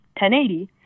1080